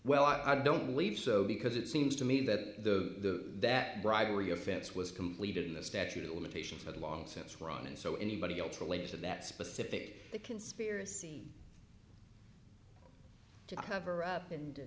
well i don't believe so because it seems to me that the that bribery offense was completed in the statute of limitations had long since run and so anybody else related to that specific the conspiracy to cover up and